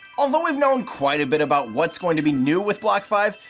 although we've known quite a bit about what's going to be new with block five,